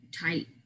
tight